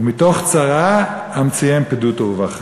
"מתוך צרה המציאם פדות ורווחה".